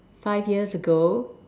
five years ago